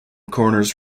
corners